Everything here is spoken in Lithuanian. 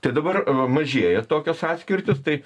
tai dabar mažėja tokios atskirtys tai